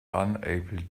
unable